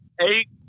eight